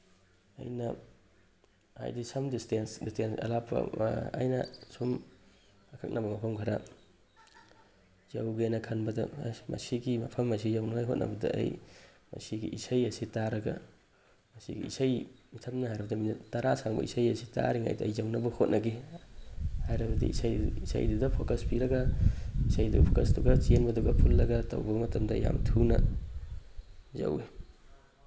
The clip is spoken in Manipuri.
ꯑꯩꯅ ꯍꯥꯏꯗꯤ ꯁꯝ ꯗꯤꯁꯇꯦꯟꯁ ꯗꯤꯁꯇꯦꯟꯁ ꯑꯔꯥꯞꯄ ꯑꯩꯅ ꯁꯨꯝ ꯑꯀꯛꯅꯕ ꯃꯐꯝ ꯈꯔ ꯌꯧꯒꯦꯅ ꯈꯟꯕꯗꯨ ꯑꯁ ꯃꯁꯤꯒꯤ ꯃꯐꯝ ꯑꯁꯤ ꯌꯧꯅꯉꯥꯏ ꯍꯣꯠꯅꯕꯗ ꯑꯩ ꯃꯁꯤꯒꯤ ꯏꯁꯩ ꯑꯁꯤ ꯇꯥꯔꯒ ꯃꯁꯤꯒꯤ ꯏꯁꯩ ꯁꯝꯅ ꯍꯥꯏꯔꯕꯗ ꯃꯤꯅꯤꯠ ꯇꯔꯥ ꯁꯥꯡꯕ ꯏꯁꯩ ꯑꯁꯤ ꯇꯥꯔꯤꯉꯩꯗ ꯑꯩ ꯌꯧꯅꯕ ꯍꯣꯠꯅꯒꯦ ꯍꯥꯏꯔꯕꯗꯤ ꯏꯁꯩ ꯏꯁꯩꯗꯨꯗ ꯐꯣꯀꯁ ꯄꯤꯔꯒ ꯏꯁꯩꯗꯨ ꯐꯣꯀꯁꯇꯨꯒ ꯆꯦꯟꯕꯗꯨꯒ ꯄꯨꯜꯂꯒ ꯇꯧꯕ ꯃꯇꯝꯗ ꯌꯥꯝ ꯊꯨꯅ ꯌꯧꯋꯤ